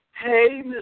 hey